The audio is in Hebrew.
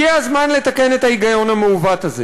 הגיע הזמן לתקן את ההיגיון המעוות הזה